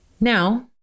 now